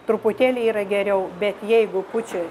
truputėlį yra geriau bet jeigu pučia